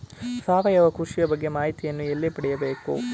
ಸಾವಯವ ಕೃಷಿಯ ಬಗ್ಗೆ ಮಾಹಿತಿಯನ್ನು ಎಲ್ಲಿ ಪಡೆಯಬೇಕು?